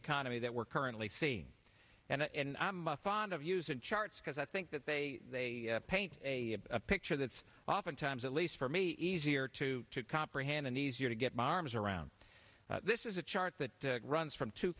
economy that we're currently seeing and i'm fond of using charts because i think that they paint a picture that's oftentimes at least for me easier to comprehend and easier to get my arms around this is a chart that runs from two